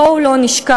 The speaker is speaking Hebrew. בואו לא נשכח,